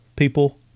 People